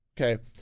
Okay